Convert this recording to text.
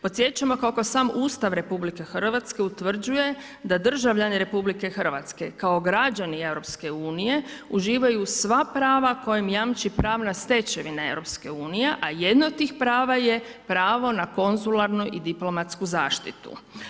Podsjećam kako sam Ustav RH utvrđuje da državljani RH kao građani EU-a uživaju sva prava koje im jamči pravna stečevina EU-a a jedno od tih prava je pravo na konzularnu i diplomatsku zaštitu.